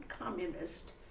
communist